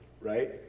Right